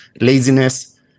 laziness